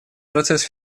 процесс